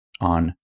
on